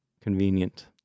convenient